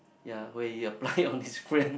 yea why do you apply on this friends